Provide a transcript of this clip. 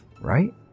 right